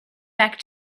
back